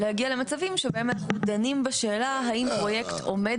ולא להגיע למצבים שבהם אנחנו דנים בשאלה האם פרויקט עומד